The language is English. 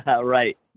Right